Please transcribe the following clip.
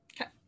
Okay